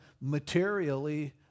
materially